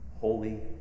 Holy